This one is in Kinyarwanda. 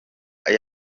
aba